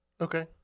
Okay